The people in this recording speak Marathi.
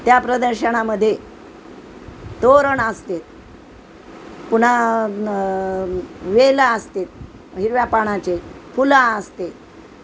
त्या प्रदर्शनामध्ये तोरण असते पुन्हा वेल असते हिरव्या पानाचे फुलं असते